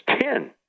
ten